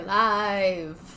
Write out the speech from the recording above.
live